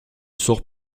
sors